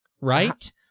right